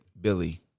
Billy